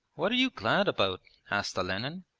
what are you glad about asked olenin.